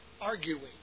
arguing